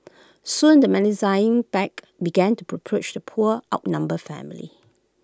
soon the menacing pack began to the poor outnumbered family